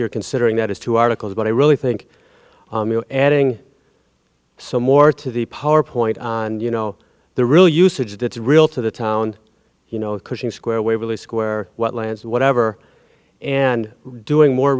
you're considering that as two articles but i really think adding some more to the power point on you know the real usage that's real to the town you know cushing square waverly square wetlands whatever and doing more